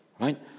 right